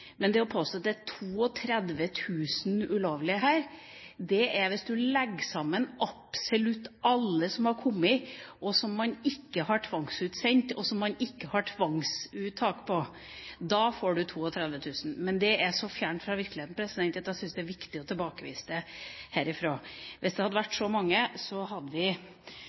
Men å påstå at det er 32 000 ulovlige her! Hvis du legger sammen absolutt alle som har kommet, og som man ikke har tvangsutsendt, og som man ikke har tvangsvedtak på, får du 32 000. Men det er så fjernt fra virkeligheten at jeg syns det er viktig å tilbakevise det herfra. Hvis det hadde vært så mange, hadde vi